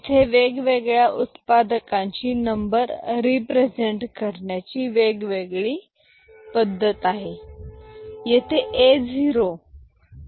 इथे वेगवेगळ्या उत्पादकांची नंबर रिप्रेझेंट करण्याची वेगवेगळी पद्धत आहे